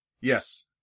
Yes